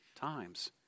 times